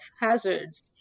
hazards